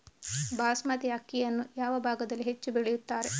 ಬಾಸ್ಮತಿ ಅಕ್ಕಿಯನ್ನು ಯಾವ ಭಾಗದಲ್ಲಿ ಹೆಚ್ಚು ಬೆಳೆಯುತ್ತಾರೆ?